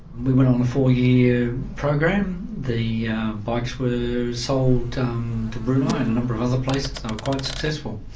we went on a four-year program. the bikes were sold to um to brunei and a number of other places. they and were quite successful.